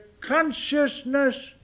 consciousness